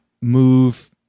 move